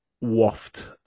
waft